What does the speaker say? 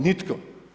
Nitko.